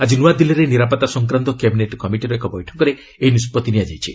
ଆଜି ନୂଆଦିଲ୍ଲୀରେ ନିରାପତ୍ତା ସଂକ୍ରାନ୍ତ କ୍ୟାବିନେଟ୍ କମିଟିର ଏକ ବୈଠକରେ ଏହି ନିଷ୍କଭି ନିଆଯାଇଛି